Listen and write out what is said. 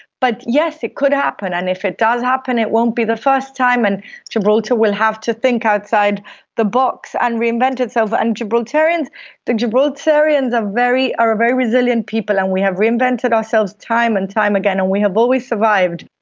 but yes, it could happen, and if it does happen it won't be the first time and gibraltar will have to think outside the box and reinvent itself. and the gibraltarians are a very resilient people and we have reinvented ourselves time and time again and we have always survived.